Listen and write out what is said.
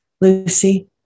Lucy